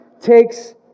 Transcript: takes